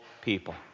people